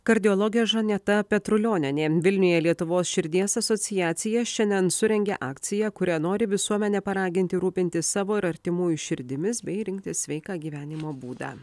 kardiologė žaneta petrulionienė vilniuje lietuvos širdies asociacija šiandien surengė akciją kuria nori visuomenę paraginti rūpintis savo ir artimųjų širdimis bei rinktis sveiką gyvenimo būdą